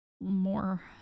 more